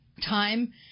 Time